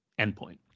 endpoint